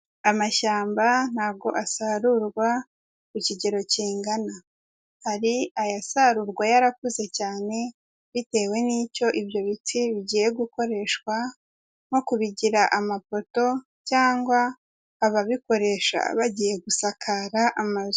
Amashyamba ntabwo asarurwa ku kigero kingana, hari ayasarurwa yarakuze cyane bitewe n'icyo ibyo biti bigiye gukoreshwa nko kubigira amapoto cyangwa ababikoresha bagiye gusakara amazu.